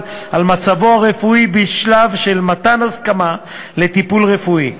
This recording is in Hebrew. על מצבו הרפואי בשלב של מתן הסכמה לטיפול רפואי,